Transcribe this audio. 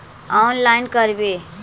Online करवे?